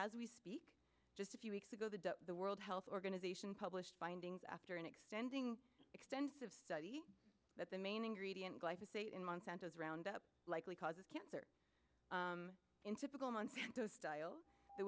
as we speak a few weeks ago the world health organization published findings after an extending extensive study that the main ingredient life of satan monsanto's roundup likely causes cancer in typical monsanto style the